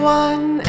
one